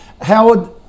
howard